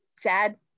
Sad